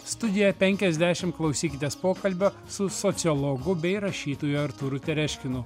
studija penkiasdešimt klausykitės pokalbio su sociologu bei rašytoju artūru tereškinu